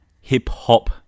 hip-hop